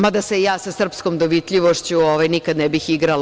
Mada se ja sa srpskom dovitljivošću nikad ne bih igrala.